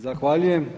Zahvaljujem.